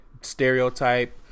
stereotype